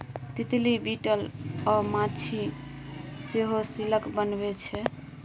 तितली, बिटल अ माछी सेहो सिल्क बनबै छै